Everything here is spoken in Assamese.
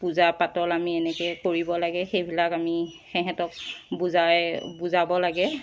পূজা পাতল আমি এনেকৈ কৰিব লাগে সেইবিলাক আমি সিহঁতক বুজাই বুজাব লাগে